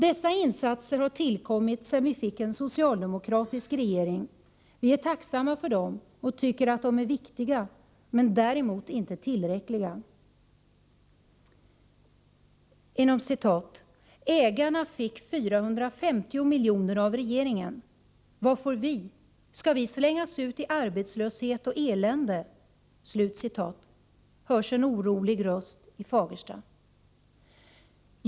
Dessa insatser har tillkommit sedan vi fick en socialdemokratisk regering. Vi är tacksamma för dem och tycker att de är viktiga, men däremot inte tillräckliga. ”Ägarna fick 450 miljoner av regeringen. Vad får vi? Ska vi slängas ut i arbetslöshet och elände?” hörs en orolig röst i Fagersta.